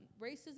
racism